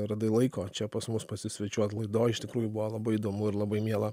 radai laiko čia pas mus pasisvečiuot laidoj iš tikrųjų buvo labai įdomu ir labai miela